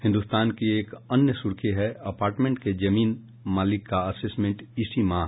हिन्दुस्तान की एक अन्य सुर्खी है अपार्टमेंट के जमीन मालिक का असेसमेंट इसी माह